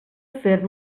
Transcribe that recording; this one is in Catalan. fer